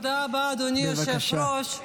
תודה רבה, אדוני היושב-ראש.